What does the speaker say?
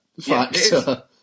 factor